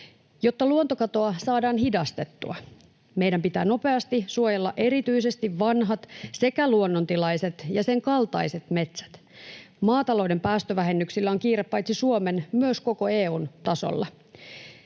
Jotta luontokatoa saadaan hidastettua, meidän pitää nopeasti suojella erityisesti vanhat sekä luonnontilaiset ja sen kaltaiset metsät. Maatalouden päästövähennyksillä on kiire paitsi Suomen myös koko EU:n tasolla.